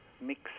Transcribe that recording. mix